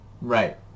Right